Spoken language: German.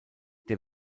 der